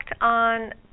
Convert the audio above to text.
on